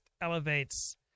elevates